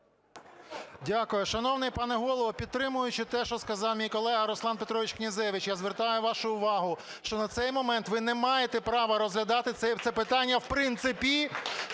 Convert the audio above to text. Дякую. Шановний пане Голово, підтримуючи те, що сказав мій колега Руслан Петрович Князевич, я звертаю вашу увагу, що на цей момент ви не маєте права розглядати це питання в принципі.